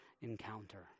encounter